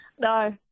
No